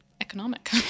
economic